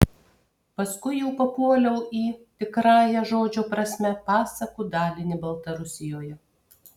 paskui jau papuoliau į tikrąja žodžio prasme pasakų dalinį baltarusijoje